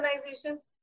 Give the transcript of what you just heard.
organizations